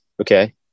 okay